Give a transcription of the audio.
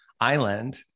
Island